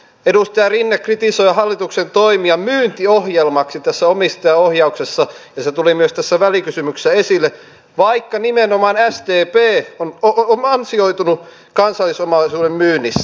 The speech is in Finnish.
edustaja rinne kritisoi hallituksen toimia myyntiohjelmaksi tässä omistajaohjauksessa ja se tuli myös tässä välikysymyksessä esille vaikka nimenomaan sdp on ansioitunut kansallisomaisuuden myynnissä